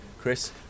Chris